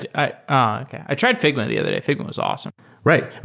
but i i tried figma the other day. figmwa was awesome right.